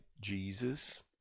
Jesus